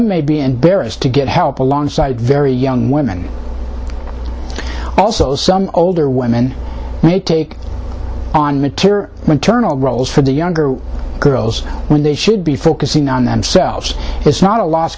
embarrassed to get help alongside very young women also some older women may take on mature maternal roles for the younger girls when they should be focusing on themselves it's not a lost